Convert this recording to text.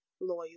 loyal